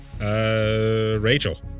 Rachel